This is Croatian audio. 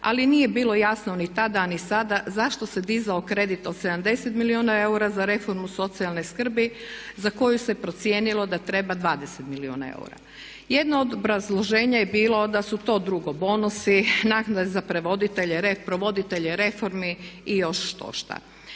Ali nije bilo jasno ni tada, a ni sada zašto se dizao kredit od 70 milijuna eura za reformu socijalne skrbi za koju se procijenilo da treba 20 milijuna eura. Jedno od obrazloženja je bilo da su to drugo bonusi, naknade za provoditelje reformi i još štošta.